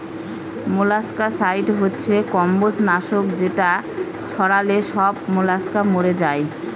molluscicide হচ্ছে কম্বজ নাশক যেটা ছড়ালে সব মলাস্কা মরে যায়